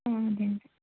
ആ അതെ അതെ